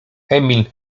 emil